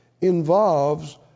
involves